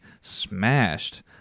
smashed